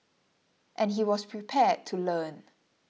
and he was prepared to learn